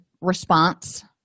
response